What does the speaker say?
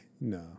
No